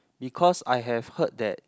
because I have heard that